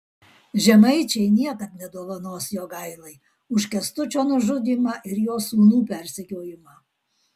žemaičiai niekad nedovanos jogailai už kęstučio nužudymą ir jo sūnų persekiojimą